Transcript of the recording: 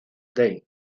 dei